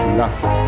love